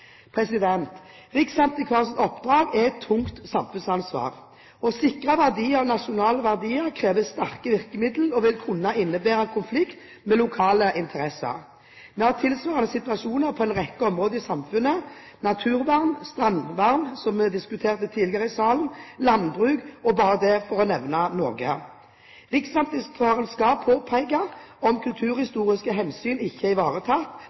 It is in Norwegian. er et tungt samfunnsansvar. Å sikre verdier av nasjonal verdi krever sterke virkemidler og vil kunne innebære konflikt med lokale interesser. Vi har tilsvarende situasjoner på en rekke områder i samfunnet, naturvern, strandvern – som vi diskuterte tidligere i salen – landbruk, bare for å nevne noen. Riksantikvaren skal påpeke om kulturhistoriske hensyn ikke er ivaretatt.